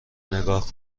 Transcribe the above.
نگاه